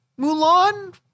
Mulan